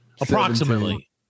approximately